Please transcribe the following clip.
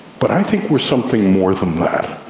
but i think we are something more than that,